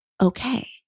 okay